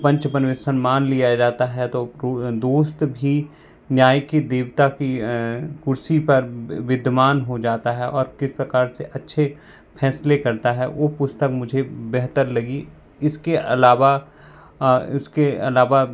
पंच परमेश्वर मान लिया जाता है तो दोस्त भी न्याय की देवता की कुर्सी पर विद्यमान हो जाता है और किस प्रकार से अच्छे फैसले करता है वह पुस्तक मुझे बेहतर लगी इसके अलावा इसके अलावा